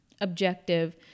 objective